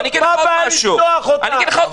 מה הבעיה לפתוח אותם?